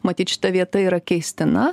matyt šita vieta yra keistina